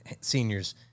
senior's